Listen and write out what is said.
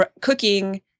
cooking